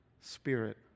Spirit